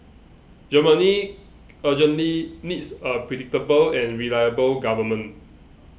Germany urgently needs a predictable and reliable government